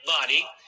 body